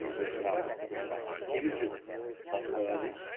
which allows us to bring back images of burghley